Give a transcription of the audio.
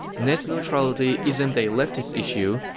net neutrality isn't a leftist issue,